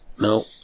No